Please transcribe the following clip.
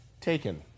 taken